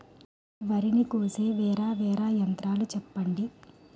వరి ని కోసే వేరా వేరా యంత్రాలు చెప్పండి?